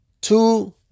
Two